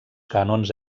cànons